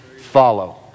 follow